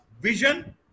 vision